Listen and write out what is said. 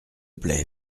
plait